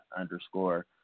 underscore